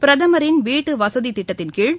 பிரதமரின் வீட்டு வசதித்திட்டத்தின்கீழ்